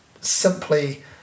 simply